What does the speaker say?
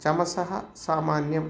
चमसः सामान्यम्